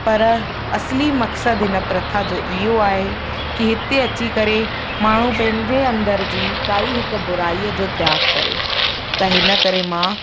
पर असली मक़सदु हिन प्रथा जो इहो आहे कि हिते अची करे माण्हू पंहिंजे अंदरि जी काई हिकु बुराईअ जो त्याग करे त हिन करे मां